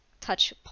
touch